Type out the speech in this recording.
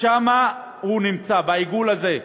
שם הוא נמצא, בעיגול הזה.